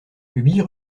huit